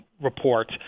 Report